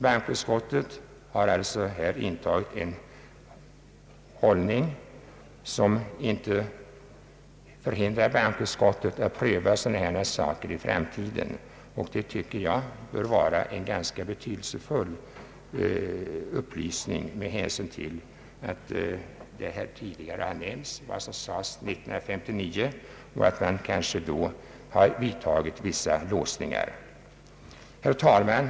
Bankoutskottet har alltså här intagit en hållning som inte hindrar bankoutskottet att pröva dessa frågor i framtiden. Jag tycker att detta bör vara en ganska betydelsefull upplysning med hänsyn till vad som här tidigare nämnts beträffande utskottets uttalande 1959. Herr talman!